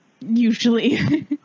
Usually